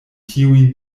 tiuj